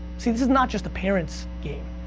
see, this is not just the parents' game.